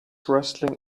wrestling